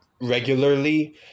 regularly